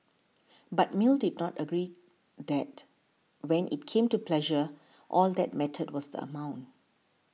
but Mill did not agree that when it came to pleasure all that mattered was the amount